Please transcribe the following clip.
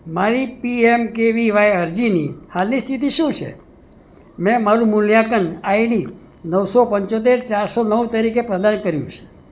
મારી પીએમકેવીવાય અરજીની હાલની સ્થિતિ શું છે મેં મારું મૂલ્યાંકન આઈડી નવસો પંચોતેર ચારસો નવ તરીકે પ્રદાન કર્યું છે